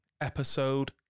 episode